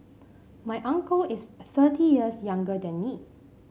my uncle is thirty years younger than me